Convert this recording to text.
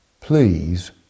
please